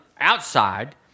outside